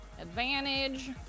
advantage